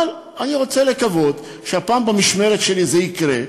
אבל אני רוצה לקוות שהפעם, במשמרת שלי, זה יקרה.